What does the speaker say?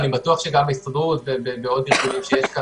אני בטוח שגם ההסתדרות ועוד ארגונים שיש כאן,